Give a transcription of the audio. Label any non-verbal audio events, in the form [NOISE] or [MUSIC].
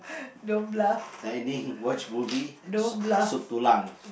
[BREATH] dining watch movie sup tulang